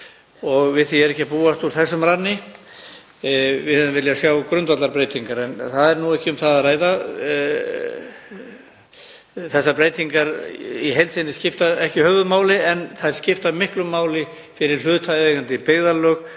og við því er ekki að búast úr þessum ranni. Við hefðum viljað sjá grundvallarbreytingar en það er ekki um það að ræða. Þessar breytingar í heild sinni skipta ekki höfuðmáli en þær skipta miklu máli fyrir hlutaðeigandi byggðarlög,